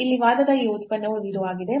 ಇಲ್ಲಿ ವಾದದ ಈ ಉತ್ಪನ್ನವು 0 ಆಗಿದೆ